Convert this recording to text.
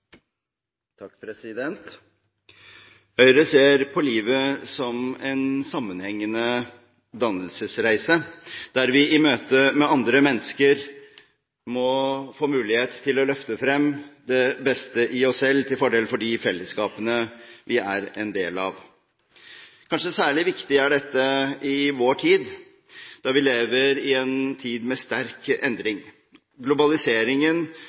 refererte til. Høyre ser på livet som en sammenhengende dannelsesreise der vi i møte med andre mennesker må få mulighet til å løfte frem det beste i oss selv til fordel for de fellesskapene vi er en del av. Kanskje særlig viktig er dette i vår tid, da vi lever i en tid med sterk endring. Den teknologiske utviklingen og globaliseringen